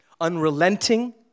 unrelenting